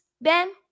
Ben